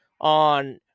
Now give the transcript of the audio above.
on